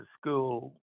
school